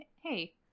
Hey